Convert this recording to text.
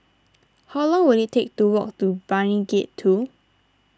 how long will it take to walk to Brani Gate two